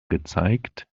gezeigt